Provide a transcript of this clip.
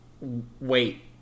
wait